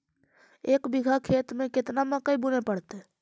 एक बिघा खेत में केतना मकई बुने पड़तै?